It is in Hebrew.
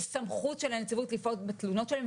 וסמכות של הנציבות לפעול בתלונות שלהם.